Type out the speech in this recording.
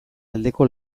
aldeko